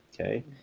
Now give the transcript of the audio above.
Okay